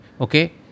okay